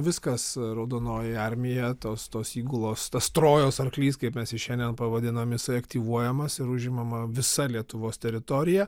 viskas raudonoji armija tos tos įgulos tas trojos arklys kaip mes jį šiandien pavadinom jisai aktyvuojamas ir užimama visa lietuvos teritorija